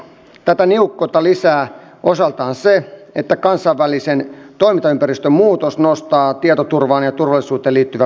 tätä niukkuutta lisää osaltaan se että kansainvälisen toimintaympäristön muutos nostaa tietoturvaan ja turvallisuuteen liittyviä kustannuksia